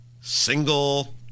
single